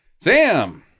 Sam